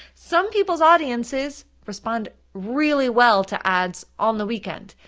some people's audiences respond really well to ads on the weekend,